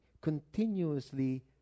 continuously